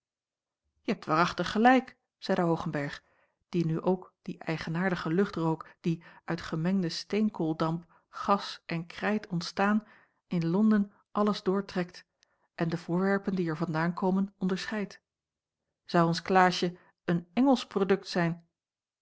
je hebt waarachtig gelijk zeide hoogenberg die nu ook die eigenaardige lucht rook die uit gemengde steenkooldamp gas en krijt ontstaan in londen alles doortrekt en de voorwerpen die er vandaan komen onderscheidt zou ons klaasje een engelsch produkt zijn